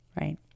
Right